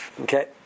Okay